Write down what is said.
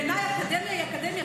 כי בעיניי אקדמיה היא אקדמיה,